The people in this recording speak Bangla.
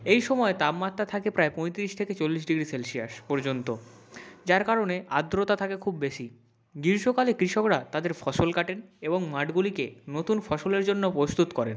এই সময় তাপমাত্রা থাকে প্রায় পঁয়তিরিশ থেকে চল্লিশ ডিগ্রি সেলসিয়াস পর্যন্ত যার কারণে আর্দ্রতা থাকে খুব বেশি গীর্ষ্মকালে কৃষকরা তাদের ফসল কাটেন এবং মাঠগুলিকে নতুন ফসলের জন্য প্রস্তুত করেন